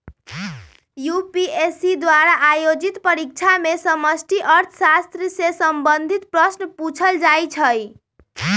UPSC द्वारा आयोजित परीक्षा में समष्टि अर्थशास्त्र से संबंधित प्रश्न पूछल जाइ छै